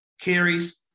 carries